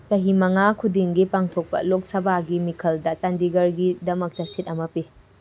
ꯆꯍꯤ ꯃꯉꯥ ꯈꯨꯗꯤꯡꯒꯤ ꯄꯥꯡꯊꯣꯛꯄ ꯂꯣꯛ ꯁꯚꯥꯒꯤ ꯃꯤꯈꯜꯗ ꯆꯥꯟꯗꯤꯒꯔꯒꯤꯗꯃꯛꯇ ꯁꯤꯠ ꯑꯃ ꯄꯤ